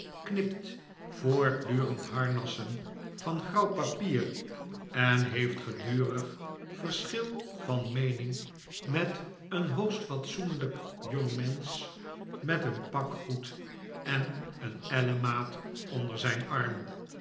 knipt voortdurend harnassen van grauw papier en heeft gedurig verschil van meening met een hoogst fatsoenlijk jongmensch met een pak goed en een ellemaat pnder zijn arm